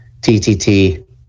TTT